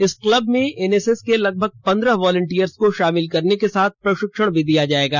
इस क्लब में एनएसएस के लगभग पंद्रह वोलेटियर्स को शामिल करने के साथ प्रशिक्षण भी दिया जाएगा